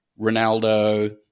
Ronaldo